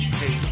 hey